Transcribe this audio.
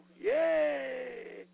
yay